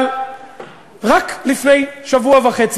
אבל רק לפני שבוע וחצי,